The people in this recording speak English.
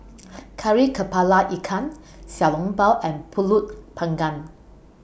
Kari Kepala Ikan Xiao Long Bao and Pulut Panggang